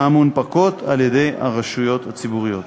המונפקות על-ידי הרשויות הציבוריות.